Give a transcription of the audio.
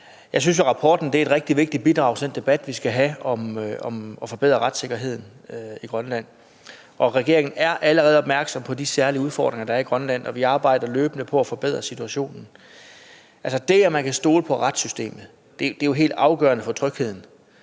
Jeg synes jo, at rapporten er et rigtig vigtigt bidrag til den debat, vi skal have, om at forbedre retssikkerheden i Grønland. Regeringen er allerede opmærksom på de særlige udfordringer, der er i Grønland, og vi arbejder løbende på at forbedre situationen. Altså det, at man kan stole på retssystemet, er jo helt afgørende for trygheden,